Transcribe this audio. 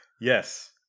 Yes